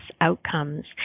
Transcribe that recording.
outcomes